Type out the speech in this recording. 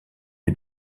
est